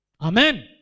Amen